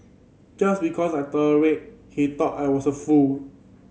just because I tolerated he thought I was a fool